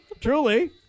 Truly